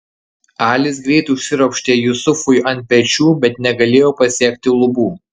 alis greit užsiropštė jusufui ant pečių bet negalėjo pasiekti lubų